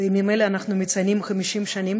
בימים האלה אנחנו מציינים 50 שנים